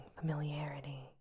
familiarity